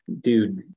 dude